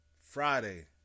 Friday